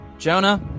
Jonah